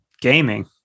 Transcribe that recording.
gaming